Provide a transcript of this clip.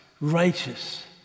righteous